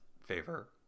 favor